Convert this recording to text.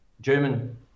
German